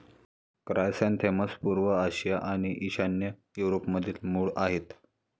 chrysanthemums पूर्व आशिया आणि ईशान्य युरोपमधील मूळ आहेत